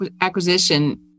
acquisition